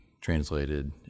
translated